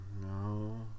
No